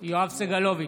יואב סגלוביץ'